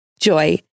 Joy